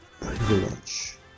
privilege